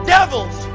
Devils